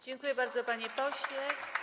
Dziękuję bardzo, panie pośle.